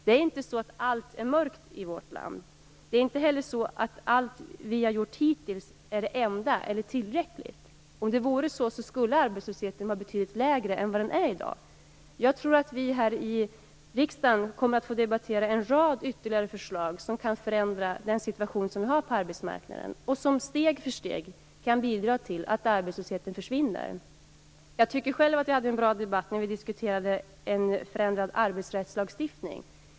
Det är inte så att allt är mörkt i vårt land. Det är inte heller så att allt vi har gjort hittills är det enda möjliga eller tillräckligt. Om det vore så skulle arbetslösheten vara betydligt lägre än vad den är i dag. Jag tror att vi här i riksdagen kommer att få debattera en rad ytterligare förslag som kan förändra den situation som vi har på arbetsmarknaden. Det kan steg för steg bidra till att arbetslösheten försvinner. Jag tycker själv att vi hade en bra debatt när vi diskuterade en förändrad arbetsrättslagstiftning.